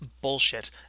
bullshit